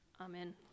Amen